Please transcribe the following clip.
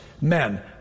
Men